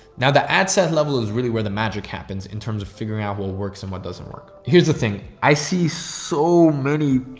now the ad set level is really where the magic happens in terms of figuring out what works and what doesn't work. here's the thing, i see, so nerdy